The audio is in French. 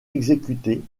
exécutés